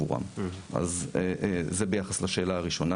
ביחס לשירות